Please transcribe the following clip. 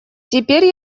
теперь